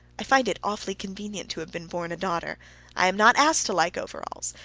i find it awfully convenient to have been born a daughter i am not asked to like overalls,